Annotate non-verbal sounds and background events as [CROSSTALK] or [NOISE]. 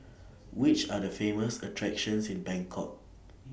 [NOISE] Which Are The Famous attractions in Bangkok